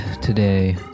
today